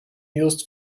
used